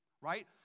Right